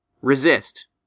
resist